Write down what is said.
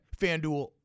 FanDuel